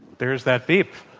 there's that beep.